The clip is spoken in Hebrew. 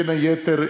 בין היתר,